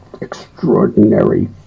extraordinary